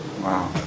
Wow